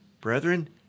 brethren